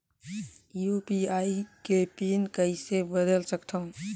UPI के PIN कइसे बदल सकथव?